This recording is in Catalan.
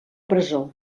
presó